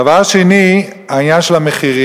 דבר שני, העניין של המחירים.